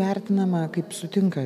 vertinama kaip sutinka